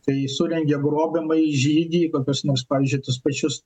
tai surengia grobiamąjį žygį į kokius nors pavyzdžiui tuos pačius